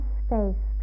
space